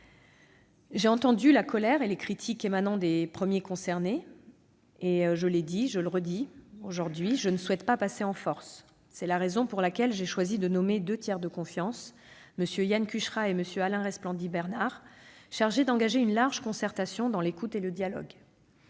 J'ai entendu la colère et les critiques émanant des premiers concernés. Je l'ai dit, et je le redis ici, je ne souhaite pas passer en force. C'est la raison pour laquelle j'ai choisi de nommer deux tiers de confiance, M. Yann Cucherat et M. Alain Resplandy-Bernard, qui sont chargés d'engager une large concertation, dans l'écoute et le dialogue.